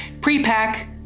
Pre-pack